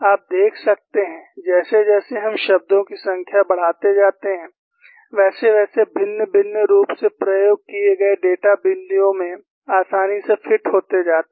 आप देख सकते हैं जैसे जैसे हम शब्दों की संख्या बढ़ाते जाते हैं वैसे वैसे भिन्न भिन्न रूप से प्रयोग किए गए डेटा बिंदुओं में आसानी से फिट होते जाते हैं